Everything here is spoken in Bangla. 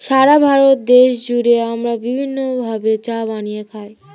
সারা ভারত দেশ জুড়ে আমরা বিভিন্ন ভাবে চা বানিয়ে খাই